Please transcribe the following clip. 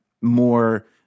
more